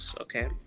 Okay